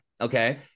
Okay